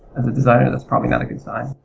as a designer that's probably not a good sign.